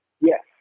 Yes